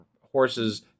horses